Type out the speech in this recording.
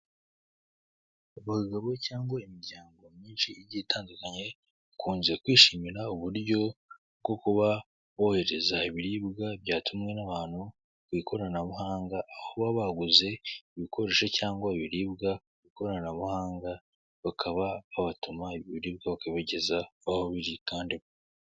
Abagabo cyangwa imiryango myinshi igiye itandukanye bakunze kwishimira uburyo bwo kuba wohereza ibiribwa byatumwe n'abantu kw'ikoranabuhanga, aho baba baguze ibikoresho cyangwa ibiribwa kw'ikoranabuhanga bakaba babatuma ibyo biribwa bakabibageza aho biri kandi..